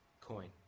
coin